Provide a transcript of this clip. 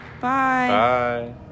Bye